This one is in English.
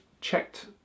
checked